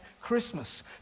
Christmas